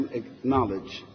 acknowledge